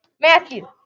Matthew